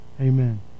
Amen